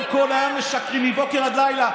הליכוד מעולם לא קיבל אחד לשלושה.